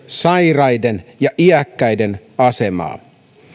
sairaiden ja iäkkäiden asemaa